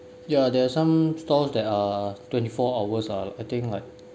yeah there are some stalls that are twenty four hours ah I think like